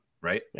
right